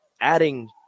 adding